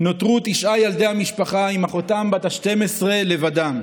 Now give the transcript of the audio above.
נותרו תשעת ילדי המשפחה עם אחותם בת ה-12 לבדם.